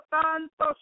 tanto